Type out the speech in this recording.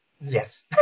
Yes